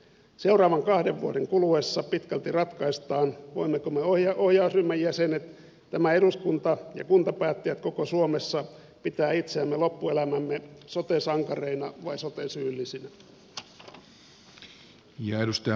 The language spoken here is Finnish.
seuraavan kahden vuoden kuluessa pitkälti ratkaistaan voimmeko me ohjausryhmän jäsenet tämä eduskunta ja kuntapäättäjät koko suomessa pitää itseämme loppuelämämme sote sankareina vai sote syyllisinä